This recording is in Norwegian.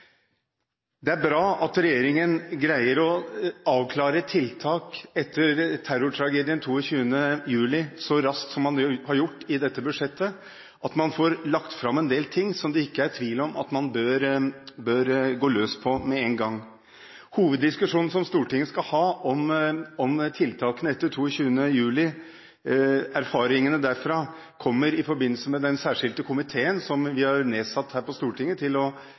Det er bra at regjeringen greier å avklare tiltak etter terrortragedien 22. juli så raskt som man har gjort i dette budsjettet, at man får lagt fram en del ting som det ikke er tvil om at man bør gå løs på med en gang. Hoveddiskusjonen som Stortinget skal ha om tiltakene etter 22. juli – erfaringene derfra – kommer i forbindelse med den særskilte komiteen vi har nedsatt her på Stortinget til å